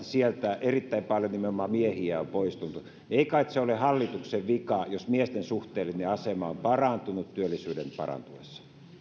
sieltä erittäin paljon nimenomaan miehiä on poistunut ei kai se ole hallituksen vika jos miesten suhteellinen asema on parantunut työllisyyden parantuessa